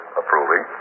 approving